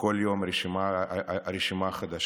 כל יום רשימה חדשה.